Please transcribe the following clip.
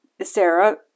Sarah